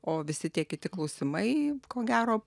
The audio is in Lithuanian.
o visi tie kiti klausimai ko gero